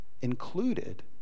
included